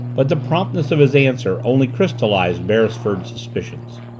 but the promptness of his answer only crystallized beresford's suspicions.